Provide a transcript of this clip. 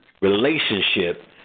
relationship